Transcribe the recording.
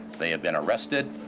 they have been arrested,